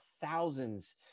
thousands